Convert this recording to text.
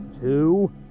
two